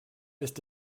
ist